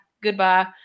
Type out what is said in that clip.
Goodbye